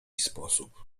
sposób